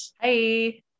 Hi